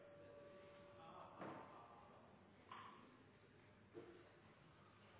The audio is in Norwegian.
tar